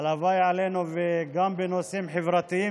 הלוואי עלינו גם בנושאים חברתיים,